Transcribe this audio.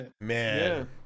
man